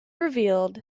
revealed